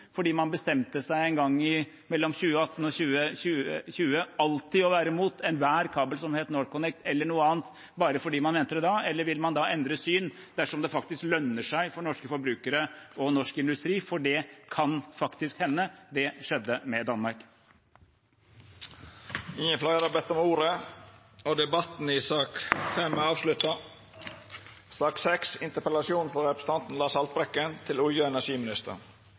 fordi man bestemte seg en gang mellom 2018 og 2020 for alltid å være imot enhver kabel som heter NorthConnect, eller noe annet, bare fordi man mente det da, eller vil man endre syn dersom det faktisk lønner seg for norske forbrukere og norsk industri? Det kan faktisk hende, for det skjedde med Danmark. Fleire har ikkje bedt om ordet til sak nr. 5. Gass fra Norge har i mange år vært sett på som den store klimaløsningen, den som skal sikre oljeselskapene både nye utvinningstillatelser og